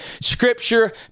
Scripture